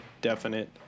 definite